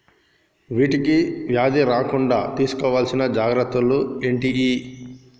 వీటికి వ్యాధి రాకుండా తీసుకోవాల్సిన జాగ్రత్తలు ఏంటియి?